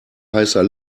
heißer